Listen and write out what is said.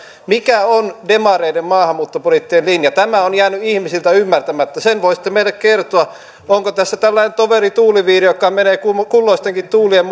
mikä on demareiden maahanmuuttopoliittinen linja tämä on jäänyt ihmisiltä ymmärtämättä sen voisitte meille kertoa onko tässä tällainen toveri tuuliviiri joka menee kulloistenkin tuulien